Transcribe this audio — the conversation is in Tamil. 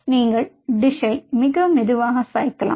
நீங்கள் டிஷ் மிகவும் மெதுவாக சாய்க்கலாம்